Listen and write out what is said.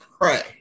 pray